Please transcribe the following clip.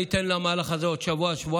אני אתן למהלך הזה עוד שבוע-שבועיים,